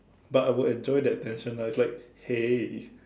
but I would enjoy that tension lah it's like hey